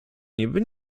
niby